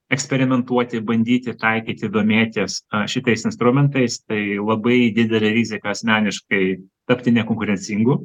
eksperimentuoti bandyti taikyti domėtis a šitais instrumentais tai labai didelė rizika asmeniškai tapti nekonkurencingu